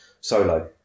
Solo